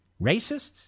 Racists